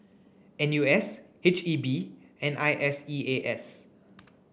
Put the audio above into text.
N U S H E B and I S E A S